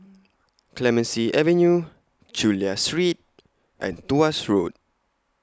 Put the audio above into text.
Clemenceau Avenue Chulia Street and Tuas Road